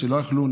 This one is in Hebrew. עד שלא יכלו,